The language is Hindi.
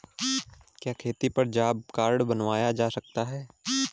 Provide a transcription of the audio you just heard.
क्या खेती पर जॉब कार्ड बनवाया जा सकता है?